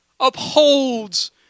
Upholds